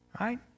right